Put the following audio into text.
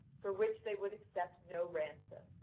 for which they would accept no ransom.